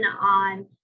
on